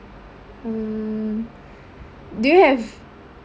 mm do you have